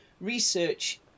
research